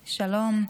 שלום.